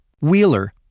Wheeler